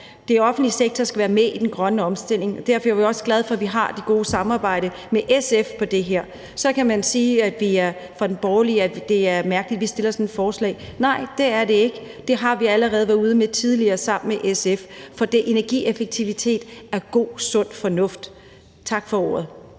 den offentlige sektor skal være med i den grønne omstilling, og derfor er vi jo også glade for, at vi har det gode samarbejde med SF i det her. Så kan man sige, at det er mærkeligt, at vi fra den borgerlige side fremsætter sådan et forslag. Nej, det er det ikke, for det har vi allerede været ude med tidligere sammen med SF, fordi energieffektivitet er god og sund fornuft. Tak for ordet.